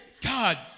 God